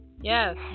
Yes